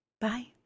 Bye